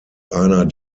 einer